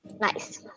nice